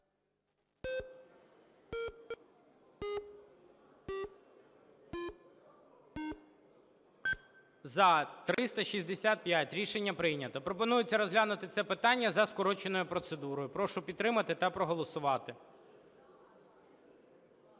За-365 Рішення прийнято. Пропонується розглянути це питання за скороченою процедурою. Прошу підтримати та проголосувати.